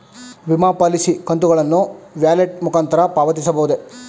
ವಿಮಾ ಪಾಲಿಸಿ ಕಂತುಗಳನ್ನು ವ್ಯಾಲೆಟ್ ಮುಖಾಂತರ ಪಾವತಿಸಬಹುದೇ?